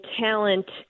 talent